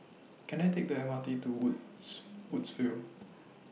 Can I Take The M R T to Wood's Woodsville